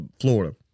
Florida